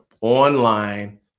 online